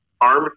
arm